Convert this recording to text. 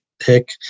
pick